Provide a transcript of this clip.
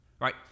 Right